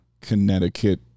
Connecticut